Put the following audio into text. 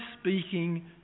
speaking